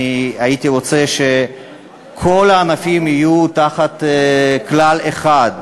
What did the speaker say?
אני הייתי רוצה שכל הענפים יהיו תחת כלל אחד,